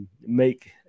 make –